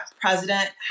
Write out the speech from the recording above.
president